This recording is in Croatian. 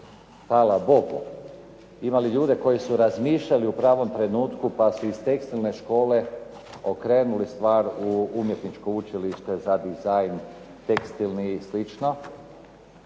hvala Bogu, imali ljude koji su razmišljali u pravom trenutku pa su ih Tekstilne škole okrenuli stvar u Umjetničko učilište za dizajn tekstilni i